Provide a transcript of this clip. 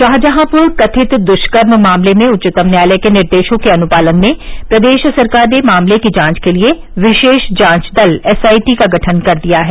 शाहजहांपुर कथित दुष्कर्म मामले में उच्चतम न्यायालय के निर्देशों के अनुपालन में प्रदेश सरकार ने मामले की जांच के लिये विशेष जांच दल एसआईटी का गठन कर दिया है